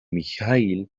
mijaíl